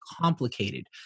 complicated